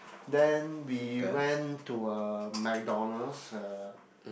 then we went to a McDonalds uh